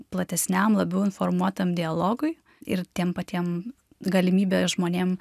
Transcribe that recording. platesniam labiau informuotam dialogui ir tiem patiem galimybė žmonėm